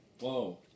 Whoa